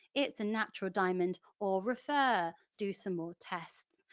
it's a natural diamond, or refer, do some more tests.